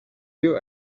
you